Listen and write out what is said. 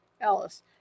Alice